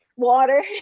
Water